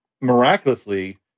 miraculously